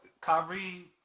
Kyrie